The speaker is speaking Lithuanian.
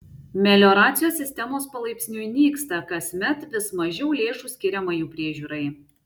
melioracijos sistemos palaipsniui nyksta kasmet vis mažiau lėšų skiriama jų priežiūrai